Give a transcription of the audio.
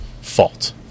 fault